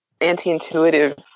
anti-intuitive